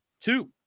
two